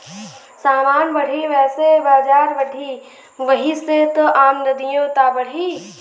समान बढ़ी वैसे बजार बढ़ी, वही से आमदनिओ त बढ़ी